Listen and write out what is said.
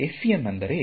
FEM ಅಂದರೆ